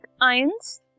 ions